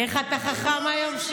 איך אתה חכם היום.